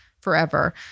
forever